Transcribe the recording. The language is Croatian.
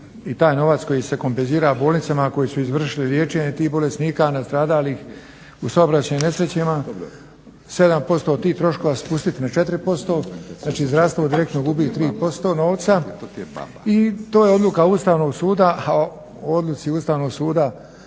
i taj novac koji se kompenzira bolnicama koje su izvršile liječenje tih bolesnika nastradalih u saobraćajnim nesrećama 7% od tih troškova spustiti na 4% znači zdravstvo direktno gubi 3% novca i to je odluka Ustavnog suda, a o odluci Ustavnog suda